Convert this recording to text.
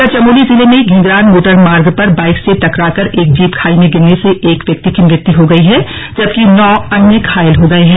उधर चमोली जिले में धिघरान मोटर मार्ग पर बाइक से टाकराकर एक जीप खाई में गिरने से एक व्यक्ति की मृत्यु हो गई है जबकि नौ अन्य घायल हो गए हैं